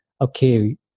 okay